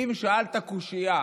אם שאלת קושייה